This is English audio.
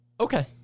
Okay